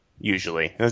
usually